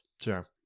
Sure